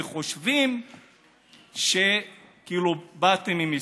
ואתם חושבים שכאילו באתם עם הישג.